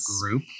group